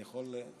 אני יכול?